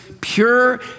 pure